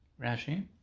Rashi